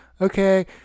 Okay